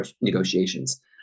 negotiations